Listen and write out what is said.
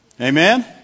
Amen